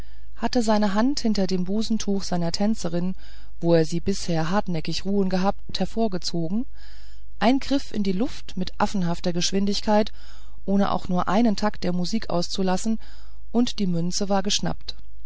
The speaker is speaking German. hatte seine hand hinter dem busentuch seiner tänzerin wo er sie bisher hartnäckig ruhen gehabt hervorgezogen ein griff in die luft mit affenhafter geschwindigkeit ohne auch nur einen takt der musik auszulassen und die münze war geschnappt